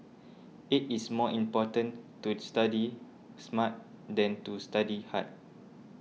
it is more important to study smart than to study hard